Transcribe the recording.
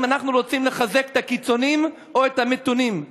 האם אנחנו רוצים לחזק את הקיצוניים או את המתונים?